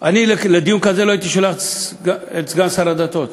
אני לדיון כזה לא הייתי שולח את סגן שר הדתות,